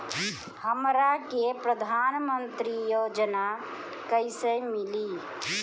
हमरा के प्रधानमंत्री योजना कईसे मिली?